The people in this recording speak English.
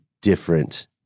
different